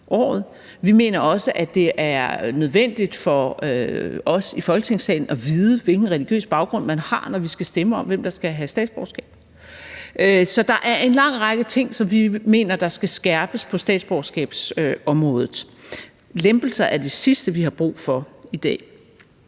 Vi mener også, det er nødvendigt for os i Folketingssalen at vide, hvilken religiøs baggrund man har, når vi skal stemme om, hvem der skal have statsborgerskab. Så der er en lang række ting på statsborgerskabsområdet, som vi mener skal skærpes. Lempelser er det sidste, vi har brug for i dag.